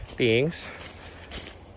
beings